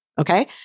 okay